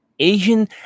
asian